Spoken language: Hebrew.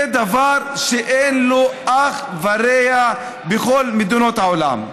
זה דבר שאין לו אח ורע בכל מדינות העולם.